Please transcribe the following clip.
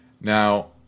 now